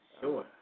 sure